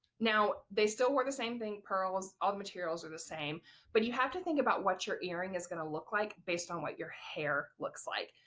now they still wear the same thing pearls all the materials are the same but you have to think about what your earring is going to look like based on what your hair looks like.